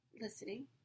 listening